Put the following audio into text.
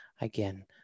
again